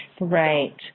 Right